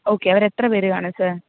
okay അവർ എത്ര പേര് കാണും സർ